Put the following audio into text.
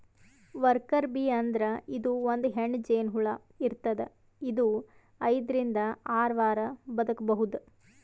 worker bee ಅಂದ್ರ ಇದು ಒಂದ್ ಹೆಣ್ಣ್ ಜೇನಹುಳ ಇರ್ತದ್ ಇದು ಐದರಿಂದ್ ಆರ್ ವಾರ್ ಬದ್ಕಬಹುದ್